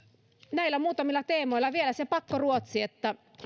näillä muutamilla teemoilla ja vielä se pakkoruotsi